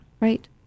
right